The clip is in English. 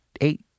eight